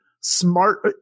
smart